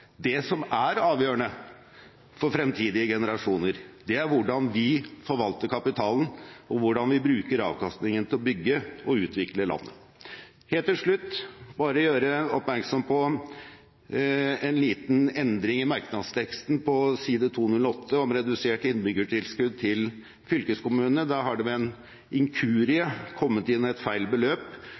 Det som er avgjørende for fremtidige generasjoner, er hvordan vi forvalter kapitalen, og hvordan vi bruker avkastningen til å bygge og utvikle landet. Helt til slutt vil jeg bare gjøre oppmerksom på en liten endring i merknadsteksten på side 99, om redusert innbyggertilskudd til fylkeskommunene. Der har det ved en inkurie kommet inn et feil beløp.